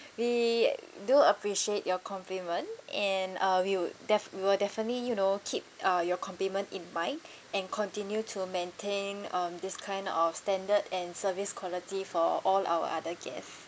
we do appreciate your compliment and uh we will def~ we will definitely you know keep uh your compliment in mind and continue to maintain um this kind of standard and service quality for all our other guest